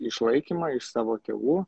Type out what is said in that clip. išlaikymą iš savo tėvų